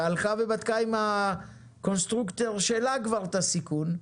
והלכה ובדקה עם הקונסטרוקטור שלה כבר את הסיכון,